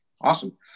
Awesome